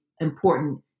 important